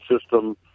system